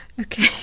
Okay